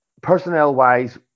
personnel-wise